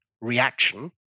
reaction